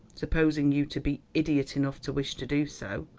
supposing you to be idiot enough to wish to do so,